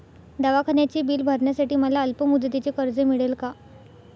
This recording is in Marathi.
दवाखान्याचे बिल भरण्यासाठी मला अल्पमुदतीचे कर्ज मिळेल का?